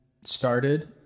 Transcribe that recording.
started